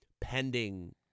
pending